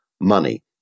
money